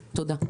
תודה רבה.